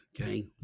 Okay